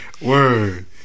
Word